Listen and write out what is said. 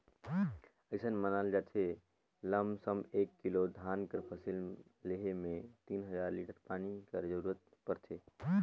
अइसन मानल जाथे लमसम एक किलो धान कर फसिल लेहे में तीन हजार लीटर पानी कर जरूरत परथे